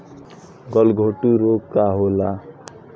गलघोटू रोग का होला?